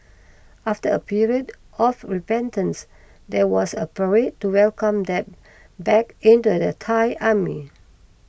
after a period of repentance there was a parade to welcome them back into the Thai Army